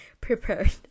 prepared